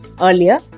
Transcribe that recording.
Earlier